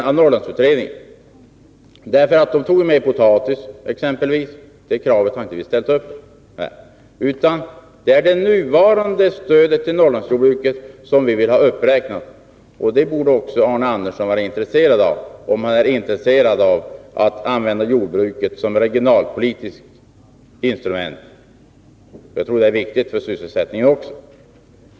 Då skulle man få ta int.ex. potatis också, och det kravet har vi inte ställt här. Det är det nuvarande stödet till Norrlandsjordbruket vi vill ha uppräknat. Det borde också Arne Andersson vara intresserad av, om han är intresserad av jordbruket som regionalpolitiskt instrument. Jag tror det är viktigt för sysselsättningen också.